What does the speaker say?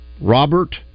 Robert